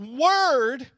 word